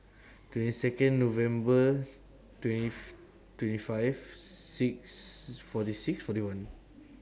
twenty Second November twentieth twenty five six forty six forty one